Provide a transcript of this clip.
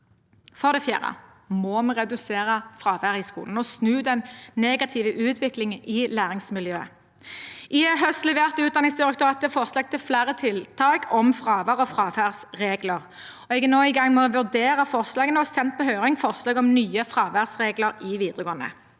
For det fjerde må vi redusere fraværet i skolen og snu den negative utviklingen i læringsmiljøet. I høst leverte Utdanningsdirektoratet forslag til flere tiltak om fravær og fraværsregler. Jeg er nå i gang med å vurdere forslagene og har sendt på høring forslag om nye fraværsregler i videregående.